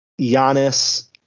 Giannis